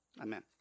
Amen